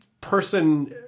person –